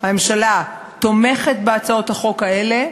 הממשלה תומכת בהצעות החוק האלה,